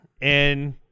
and-